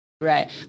right